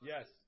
Yes